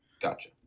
Gotcha